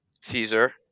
caesar